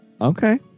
Okay